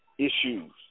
Issues